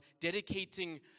dedicating